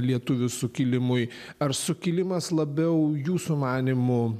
lietuvių sukilimui ar sukilimas labiau jūsų manymu